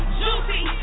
juicy